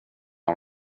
all